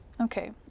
Okay